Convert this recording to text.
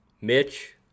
Mitch